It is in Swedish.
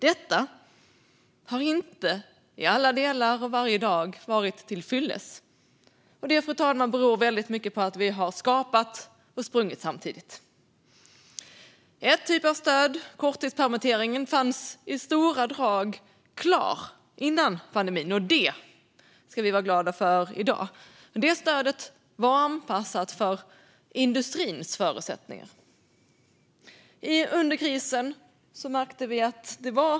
Detta har inte i alla delar och varje dag varit till fyllest. Det, fru talman, beror mycket på att vi har skapat och sprungit samtidigt. En typ av stöd, korttidspermitteringen, fanns i stora drag klar före pandemin. Det ska vi vara glada för i dag. Detta stöd var anpassat för industrins förutsättningar.